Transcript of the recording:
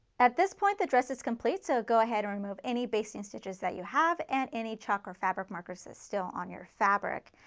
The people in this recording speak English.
at this point the dress is complete, so go ahead and remove any basting stitches that you have and any chalk or fabric markers that's still on your fabric.